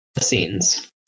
scenes